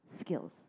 skills